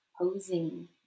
posing